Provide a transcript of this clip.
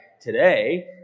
today